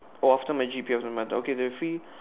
or after my G_P doesn't matter okay the free